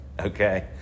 okay